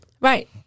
Right